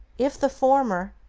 if the former,